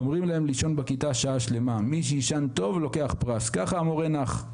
אומרים להם לישון בכיתה שעה שלמה ומי שישן טוב לוקח פרס - ככה המורה נח.